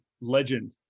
legend